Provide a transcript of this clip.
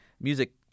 music